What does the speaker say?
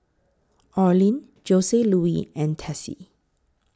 Orlin Joseluis and Tessie